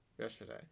yesterday